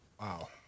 Wow